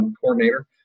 coordinator